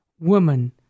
woman